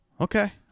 Okay